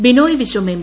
Binoy Viswam M